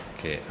che